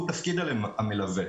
והוא תפקיד המלווה.